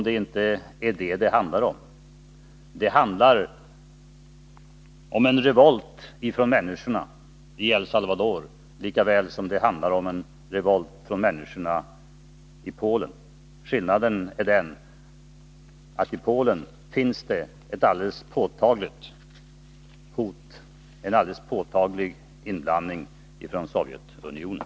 Det är inte detta det handlar om. Det handlar om en revolt från människorna i El Salvador, lika väl som det handlar om en revolt från människorna i Polen. Skillnaden är den att i Polen finns det ett alldeles påtagligt hot om inblandning från Sovjetunionen.